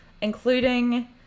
including